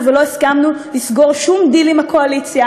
ולא הסכמנו לסגור שום דיל עם הקואליציה,